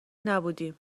نبودیم